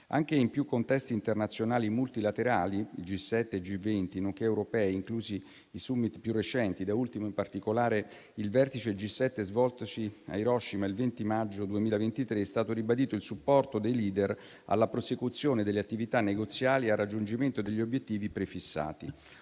Anche in più contesti internazionali multilaterali (il G7 e il G20), nonché europei, inclusi i *summit* più recenti, da ultimo in particolare il vertice G7 svoltosi a Hiroshima il 20 maggio 2023, è stato ribadito il supporto dei *leader* alla prosecuzione delle attività negoziali e al raggiungimento degli obiettivi prefissati,